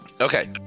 okay